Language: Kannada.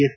ಎಸ್